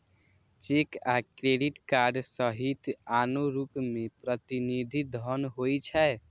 cheque आ credit card सहित आनो रूप मे प्रतिनिधि धन होइ छै